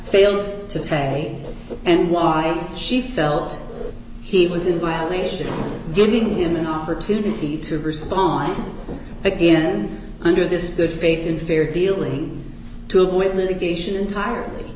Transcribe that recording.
failed to pay and why she felt he was in violation giving him an opportunity to respond again under this good faith and fair dealing with litigation entire